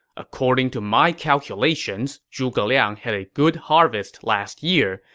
according to my calculations, zhuge liang had a good harvest last year,